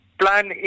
plan